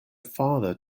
father